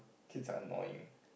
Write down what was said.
kids are annoying